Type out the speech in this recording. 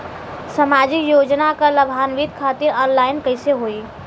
सामाजिक योजना क लाभान्वित खातिर ऑनलाइन कईसे होई?